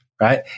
right